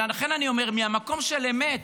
לכן אני אומר: מהמקום של אמת,